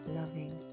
loving